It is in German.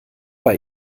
bei